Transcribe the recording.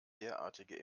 derartige